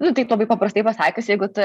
nu taip labai paprastai pasakius jeigu tu